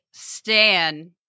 Stan